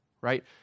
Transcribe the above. Right